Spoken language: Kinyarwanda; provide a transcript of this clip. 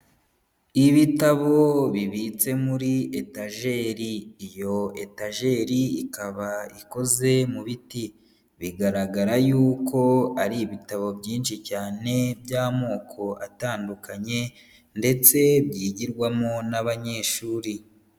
Ibitabo bibitse muri etajere. Iyo etajere ikaba ikoze mu biti bigaragara yuko ari ibitabo byinshi cyane by'amoko atandukanye ndetse byigirwamo n'abanyeshuri.